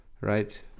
right